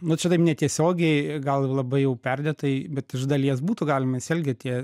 nu čia taip netiesiogiai gal labai jau perdėtai bet iš dalies būtų galima nes vėlgi tie